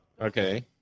Okay